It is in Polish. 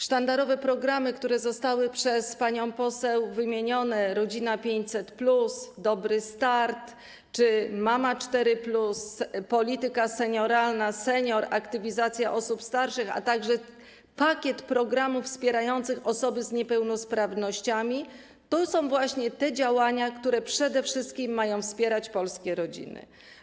Sztandarowe programy, które zostały przez panią poseł wymienione, „Rodzina 500+”, „Dobry start” czy „Mama 4+”, polityka senioralna, senior, aktywizacja osób starszych, a także pakiet programów wspierających osoby z niepełnosprawnościami, to są właśnie te działania, które przede wszystkim mają wspierać polskie rodziny.